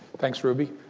thanks, ruby.